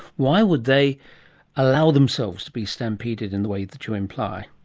why would they allow themselves to be stampeded in the way that you imply?